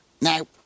Now